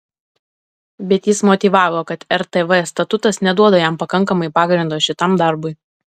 bet jis motyvavo kad rtv statutas neduoda jam pakankamai pagrindo šitam darbui